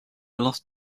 lost